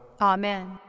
Amen